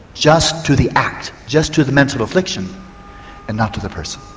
just to the act, just to the mental affliction and not to the person.